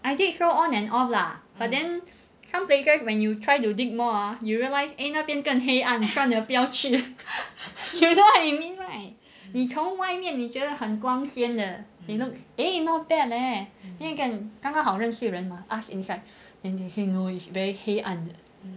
I did so on and off lah but then some places when you try to dig more ah you realise eh 那边更黑暗算了不要去 you know what it means right 你从外面你觉得很光鲜的 it looks eh not bad leh then you can